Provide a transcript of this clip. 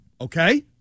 Okay